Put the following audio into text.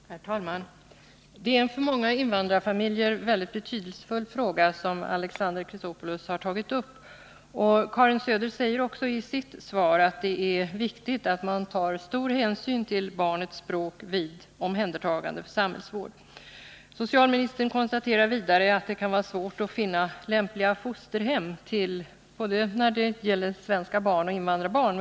Herr talman! Det är en för många invandrarfamiljer mycket betydelsefull fråga som Alexander Chrisopoulos har tagit upp. Och Karin Söder säger också i sitt svar att det är viktigt att man tar stor hänsyn till barnets språk vid omhändertagande för samhällsvård. Socialministern konstaterar vidare att det kan vara svårt att finna lämpliga fosterhem när det gäller både svenska barn och invandrarbarn.